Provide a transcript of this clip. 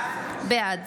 בעד